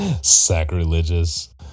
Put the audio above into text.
Sacrilegious